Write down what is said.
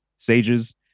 sages